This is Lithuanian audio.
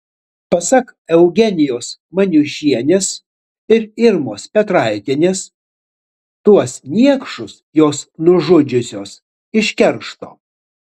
pasak eugenijos maniušienės ir irmos petraitienės tuos niekšus jos nužudžiusios iš keršto